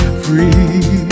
free